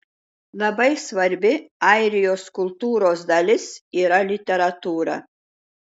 labai svarbi airijos kultūros dalis yra literatūra